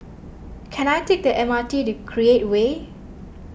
can I take the M R T to Create Way